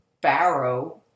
Barrow